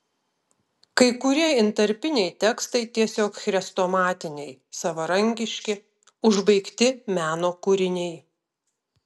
kai kurie intarpiniai tekstai tiesiog chrestomatiniai savarankiški užbaigti meno kūriniai